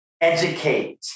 educate